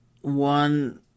one